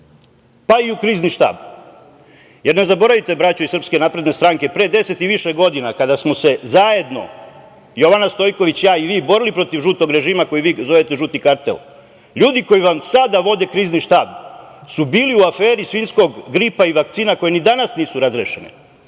pa i u Krizni štab. Jer ne zaboravite, braćo iz Srpske napredne stranke, pre deset i više godina kada smo se zajedno Jovana Stojković, ja i vi borili protiv žutog režima, koji vi zovete „žuti kartel“, ljudi koji vam sada vode Krizni štab su bili u aferi svinjskog gripa i vakcina koje ni danas nisu razrešene.